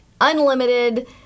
unlimited